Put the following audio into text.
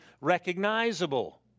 recognizable